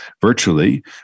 virtually